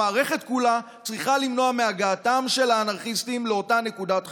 המערכת כולה צריכה למנוע את הגעתם של האנרכיסטים לאותה נקודת חיכוך.